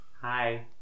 Hi